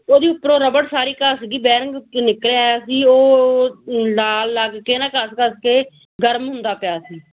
ਉਹਦੀ ਉੱਪਰੋਂ ਰਬੜ ਸਾਰੀ ਘਸ ਗਈ ਬੈਰੰਗ ਵਿੱਚੋਂ ਨਿਕਲ ਆਇਆ ਸੀ ਉਹ ਨਾਲ ਲੱਗ ਕੇ ਨਾ ਘਸ ਘਸ ਕਰਕੇ ਗਰਮ ਹੁੰਦਾ ਪਿਆ ਸੀ